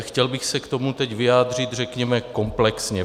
Chtěl bych se k tomu teď vyjádřit, řekněme, komplexně.